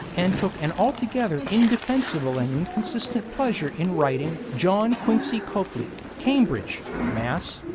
and took an altogether indefensible and inconsistent pleasure in writing john quincy copley, cambridge, mass,